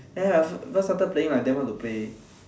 ya ya also first started playing damn hard to play